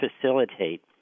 facilitate